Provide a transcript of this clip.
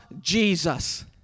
Jesus